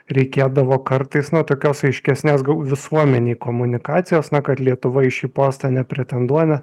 reikėdavo kartais na tokios aiškesnės visuomenei komunikacijos na kad lietuva į šį postą nepretenduoja